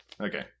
Okay